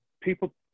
people